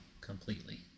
completely